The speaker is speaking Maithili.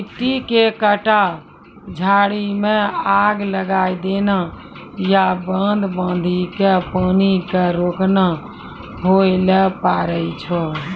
मिट्टी के कटाव, झाड़ी मॅ आग लगाय देना या बांध बांधी कॅ पानी क रोकना होय ल पारै छो